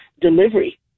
delivery